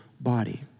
body